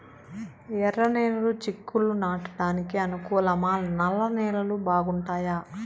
ఎర్రనేలలు చిక్కుళ్లు నాటడానికి అనుకూలమా నల్ల నేలలు బాగుంటాయా